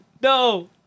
No